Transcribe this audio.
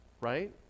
Right